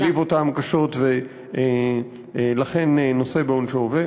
שהעליב אותם קשות, ולכן נושא בעונשו.